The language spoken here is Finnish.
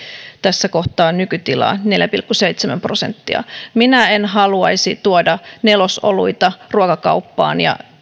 tässä kohtaa nykytilaa neljää pilkku seitsemää prosenttia minä en haluaisi tuoda nelosoluita ruokakauppaan ja